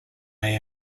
may